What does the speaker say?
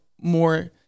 more